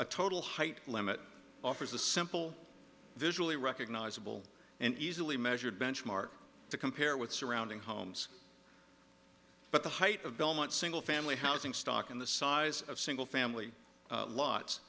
a total height limit offers a simple visually recognizable and easily measured benchmark to compare with surrounding homes but the height of belmont single family housing stock in the size of single family lot